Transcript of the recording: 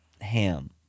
ham